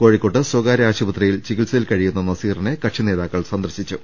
കോഴിക്കോട്ട് സ്വകാര്യ ആശുപത്രിയിൽ ചികിത്സയിൽ കഴിയുന്ന നസീറിനെ കക്ഷി നേതാ ക്കൾ സന്ദർശിച്ചു